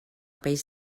peix